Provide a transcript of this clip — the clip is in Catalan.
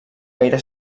gaire